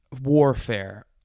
warfare